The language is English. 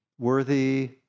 Worthy